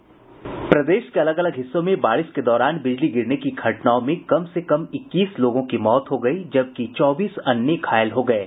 प्रदेश के अलग अलग हिस्सों में बारिश के दौरान बिजली गिरने की घटनाओं में कम से कम इक्कीस लोगों की मौत हो गयी जबकि चौबीस अन्य घायल हो गये